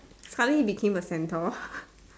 something became a centaur